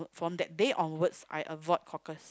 from that day onwards I avoid cockles